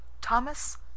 Thomas